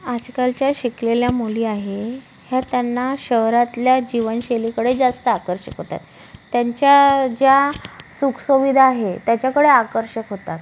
आजकालच्या शिकलेल्या मुली आहे ह्या त्यांना शहरातल्या जीवनशैलीकडे जास्त आकर्षिक होत आहेत त्यांच्या ज्या सुखसुविधा आहे त्याच्याकडे आकर्षक होतात